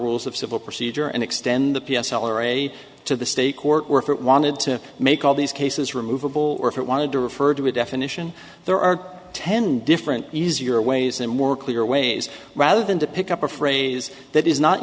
rules of civil procedure and extend the p s l array to the state court or if it wanted to make all these cases removable or if it wanted to refer to a definition there are ten different easier ways in more clear ways rather than to pick up a phrase that is not